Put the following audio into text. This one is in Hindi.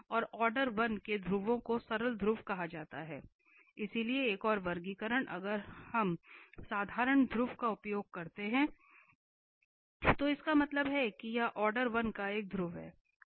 और ऑर्डर 1 के ध्रुवों को सरल ध्रुव कहा जाता है इसलिए एक और वर्गीकरण अगर हम साधारण ध्रुव का उपयोग करते हैं तो इसका मतलब है कि यह ऑर्डर 1 का एक ध्रुव है